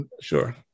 Sure